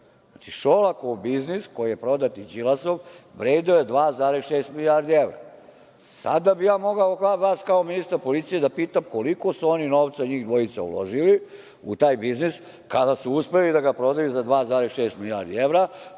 Znači, Šolakov biznis i Đilasov koji je prodat, vredeo je 2,6 milijardi evra. Sada bih ja mogao vas kao ministra policije da pitam, koliko su oni novca, njih dvojica uložili u taj biznis kada su uspeli da ga prodaju za 2,6 milijardi evra?